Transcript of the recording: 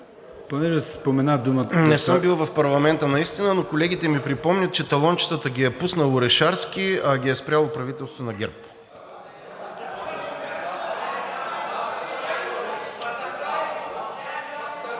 Не съм бил в парламента наистина, но колегите ми припомнят, че талончетата ги е пуснал Орешарски, а ги е спряло правителството на ГЕРБ.